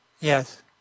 Yes